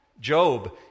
Job